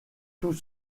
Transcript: tout